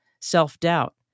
self-doubt